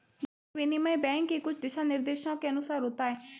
bank विनिमय bank के कुछ दिशानिर्देशों के अनुसार होता है